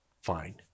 Fine